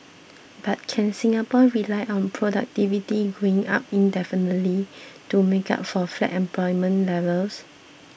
but can Singapore rely on productivity going up indefinitely to make up for flat employment levels